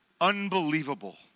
unbelievable